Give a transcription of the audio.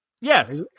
Yes